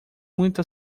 muito